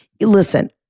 Listen